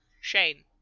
Shane